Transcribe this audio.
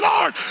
Lord